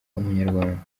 umunyarwanda